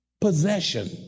possession